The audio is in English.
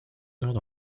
not